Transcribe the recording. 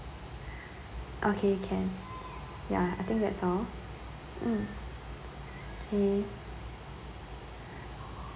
okay can ya I think that's all mm okay